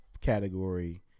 category